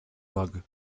rug